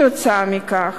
משום כך,